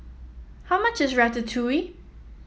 how much is Ratatouille